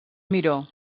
miró